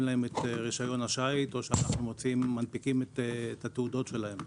להם את רישיון השיט או שאנחנו מנפיקים את התעודות שלהם.